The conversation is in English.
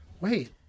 Wait